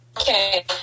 Okay